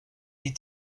est